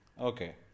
Okay